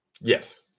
Yes